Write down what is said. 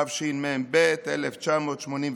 התשמ"ב 1982,